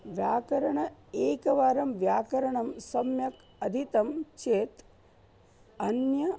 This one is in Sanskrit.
व्याकरणम् एकवारं व्याकरणं सम्यक् अधीतं चेत् अन्य